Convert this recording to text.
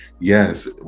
Yes